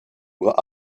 uhr